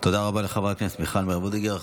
תודה רבה לחברת הכנסת מיכל מרים וולדיגר.